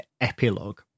epilogue